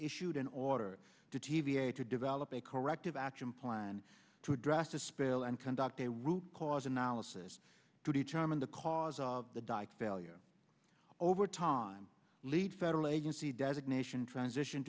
issued an order to t v a to develop a corrective action plan to address the spill and conduct a root cause analysis to determine the cause of the dike failure over time lead federal agency designation transition